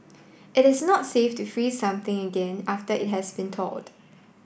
it is not safe to freeze something again after it has been thawed